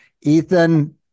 Ethan